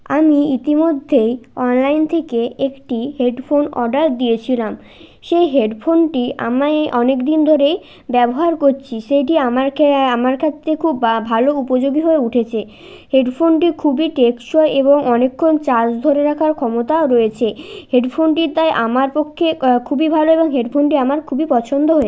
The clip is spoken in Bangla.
আমি ইতিমধ্যেই অনলাইন থেকে একটি হেডফোন অর্ডার দিয়েছিলাম সেই হেডফোনটি আমায় অনেকদিন ধরেই ব্যবহার করছি সেইটি আমার খে আমার ক্ষেত্রে খুব বা ভালো উপযোগী হয়ে উঠেছে হেডফোনটি খুবই টেকসই এবং অনেকক্ষণ চার্জ ধরে রাখার ক্ষমতাও রয়েছে হেডফোনটির তাই আমার পক্ষে ক খুবই ভালো এবং হেডফোনটি আমার খুবই পছন্দ হয়ে